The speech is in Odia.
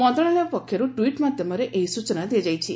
ମନ୍ତ୍ରଶାଳୟ ପକ୍ଷରୁ ଟ୍ୱିଟ୍ ମାଧ୍ୟମରେ ଏହି ସୂଚନା ଦିଆଯାଇଛି